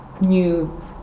new